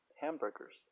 hamburgers